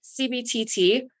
CBTT